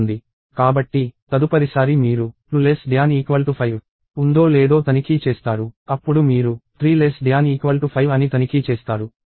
కాబట్టి తదుపరిసారి మీరు 2 5 ఉందో లేదో తనిఖీ చేస్తారు అప్పుడు మీరు 3 5 అని తనిఖీ చేస్తారు